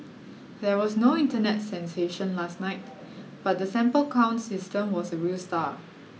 there was no Internet sensation last night but the sample count system was a real star